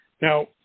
Now